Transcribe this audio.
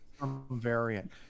variant